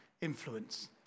influence